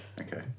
Okay